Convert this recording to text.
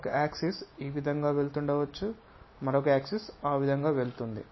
ఒక యాక్సిస్ ఈ విధంగా వెళుతుండవచ్చు మరొక యాక్సిస్ ఆ విధంగా వెళుతుంది